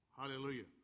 hallelujah